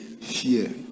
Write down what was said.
Fear